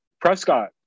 Prescott